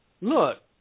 Look